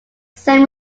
send